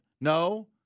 No